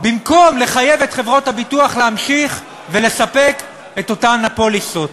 זאת במקום לחייב את חברות הביטוח להמשיך ולספק את אותן הפוליסות.